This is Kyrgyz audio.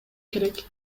керек